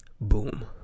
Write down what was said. boom